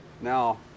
Now